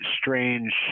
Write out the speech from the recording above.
strange